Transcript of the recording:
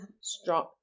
Strong